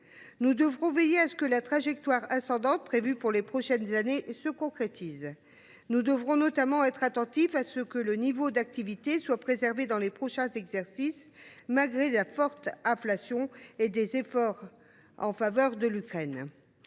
Nous devrons veiller à ce que la trajectoire ascendante prévue pour les prochaines années se concrétise. Il faudra notamment être attentif à la préservation du niveau d’activité dans les prochains exercices, malgré la forte inflation et les efforts en faveur de l’Ukraine.